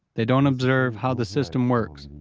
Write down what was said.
they don't observe how the system works.